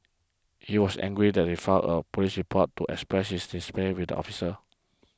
he was angry that he filed a police report to express the dismay with officers